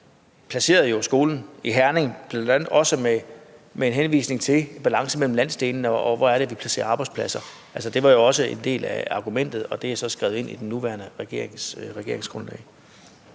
placerede jo skolen i Herning bl.a. også med henvisning til balancen mellem landsdelene, og hvor vi skal placere arbejdspladser. Altså, det var jo også en del af argumentet, at det er så krævet ind i den nuværende regerings